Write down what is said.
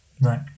Right